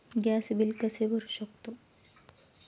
Gas bill कसे भरू शकतो?